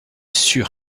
sûr